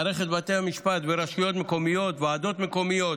מערכת בתי המשפט, רשויות מקומיות וועדות מקומיות,